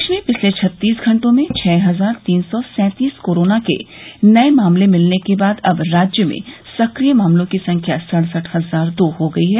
प्रदेश में पिछले छत्तीस घंटों में छः हजार तीन सौ सैंतीस कोरोना के नये मामले मिलने के बाद अब राज्य में सक्रिय मामलों की संख्या सड़सठ हजार दो हो गई है